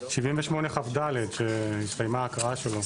78כד שהסתיימה ההקראה שלו.